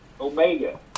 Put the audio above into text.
Omega